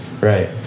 Right